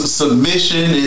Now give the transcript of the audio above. submission